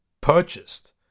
purchased